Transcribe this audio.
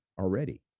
already